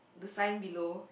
the sign below